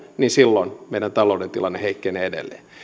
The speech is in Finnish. niin silloin meidän talouden tilanne heikkenee edelleen